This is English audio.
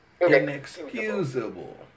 inexcusable